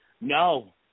No